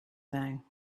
thing